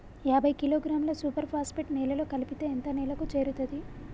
యాభై కిలోగ్రాముల super phosphate నేలలో కలిపితే ఎంత నేలకు చేరుతది?